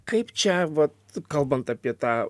kaip čia vat kalbant apie tą